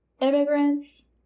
immigrants